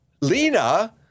Lena